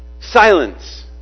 Silence